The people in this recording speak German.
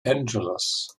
angeles